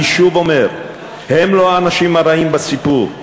אני שוב אומר, הם לא האנשים הרעים בסיפור,